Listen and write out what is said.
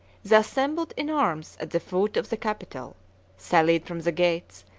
the assembled in arms at the foot of the capitol sallied from the gates,